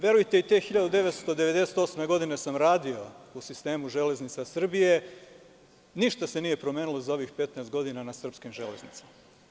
Verujte, i te 1998. godine sam radio u sistemu „Železnica Srbije“ i ništa se nije promenilo za ovih 15 godina na srpskim železnicama.